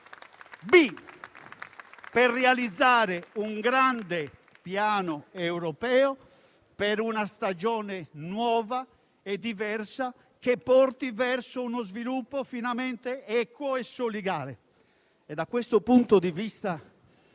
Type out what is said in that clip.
per realizzare un grande piano europeo per una stagione nuova e diversa che porti verso uno sviluppo finalmente equo e solidale. Da questo punto di vista,